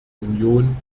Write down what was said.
union